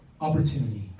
opportunity